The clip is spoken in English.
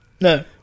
No